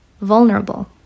vulnerable